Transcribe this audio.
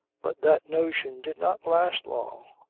but that notion did not last long.